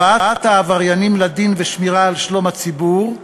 הבאת העבריינים לדין ושמירה על שלום הציבור,